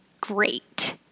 great